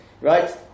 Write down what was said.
right